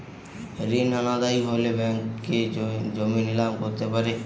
ঋণ অনাদায়ি হলে ব্যাঙ্ক কি জমি নিলাম করতে পারে?